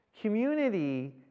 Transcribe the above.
Community